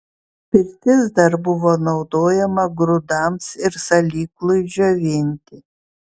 pirtis dar buvo naudojama grūdams ir salyklui džiovinti